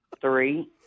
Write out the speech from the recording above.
Three